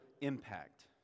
impact